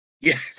Yes